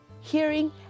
hearing